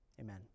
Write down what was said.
Amen